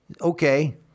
Okay